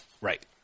Right